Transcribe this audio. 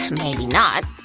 maybe not.